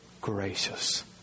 gracious